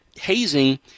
hazing